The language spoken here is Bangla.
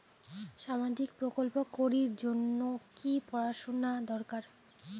সামাজিক প্রকল্প করির জন্যে কি পড়াশুনা দরকার?